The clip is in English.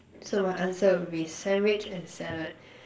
so my answer would be sandwich and salad